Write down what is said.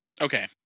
Okay